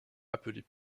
appelés